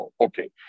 Okay